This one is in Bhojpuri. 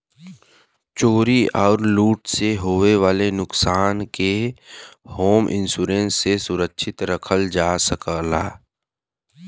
चोरी आउर लूट से होये वाले नुकसान के होम इंश्योरेंस से सुरक्षित रखल जा सकला